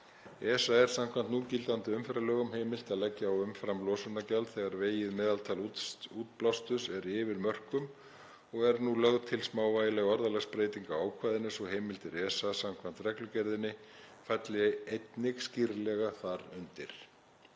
ESA er samkvæmt núgildandi umferðarlögum heimilt að leggja á umframlosunargjald þegar vegið meðaltal útblásturs er yfir mörkum og er nú lögð til smávægileg orðalagsbreyting á ákvæðinu svo að heimildir ESA samkvæmt reglugerðinni falli einnig skýrlega þar undir.